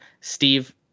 Steve